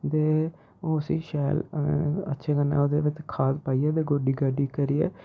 ते उसी शैल अच्छे कन्नै ओह्दे बिच्च खाद पाइयै ते गोड्डी गाड्डी करियै